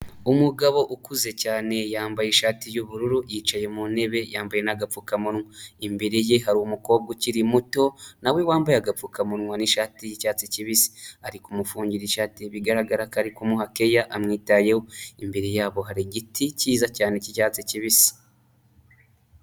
Umugabo ukuze cyane yambaye ishati y'ubururu yicaye mu ntebe yambaye n'agapfukamunwa, imbere ye hari umukobwa ukiri muto na we wambaye agapfukamunwa n'ishati y'icyatsi kibisi ari kumufugira ishati bigaragara kari kumuha keya amwitayeho, imbere yabo hari igiti cyiza cyane k'icyatsi kibisi.